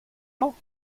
mañ